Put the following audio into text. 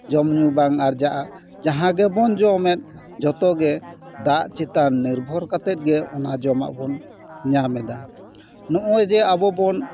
ᱡᱚᱢᱼᱧᱩ ᱵᱟᱝ ᱟᱨᱡᱟᱜᱼᱟ ᱡᱟᱦᱟᱸ ᱜᱮᱵᱚᱱ ᱡᱚᱢᱮᱫ ᱡᱚᱛᱚ ᱜᱮ ᱫᱟᱜ ᱪᱮᱛᱟᱱ ᱱᱤᱨᱵᱷᱚᱨ ᱠᱟᱛᱮᱫ ᱜᱮ ᱚᱱᱟ ᱡᱚᱢᱟᱜ ᱵᱚᱱ ᱧᱟᱢᱮᱫᱟ ᱱᱚᱜᱼᱚᱭ ᱡᱮ ᱟᱵᱚ ᱵᱚᱱ